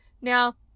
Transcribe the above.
Now